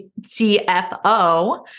CFO